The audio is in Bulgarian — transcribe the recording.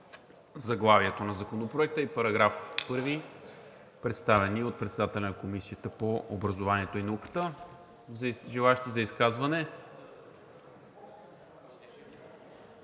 заглавието на Законопроекта и § 1, представени от председателя на Комисията по образованието и науката. Желаещи за изказване?